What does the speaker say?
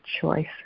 choice